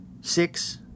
Six